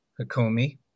Hakomi